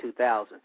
2000